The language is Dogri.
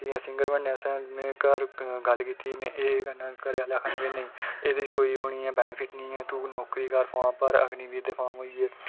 में सिंगर बनने आस्तै में घर गल्ल कीती की एह् करना घरै आह्ले आक्खन लग्गे नेईं कि एह्दे च कोई बेनीफिट निं ऐ तू नौकरी कर फार्म भर अग्निवीर दे होई गे